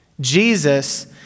Jesus